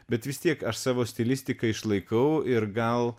bet vis tiek aš savo stilistiką išlaikau ir gal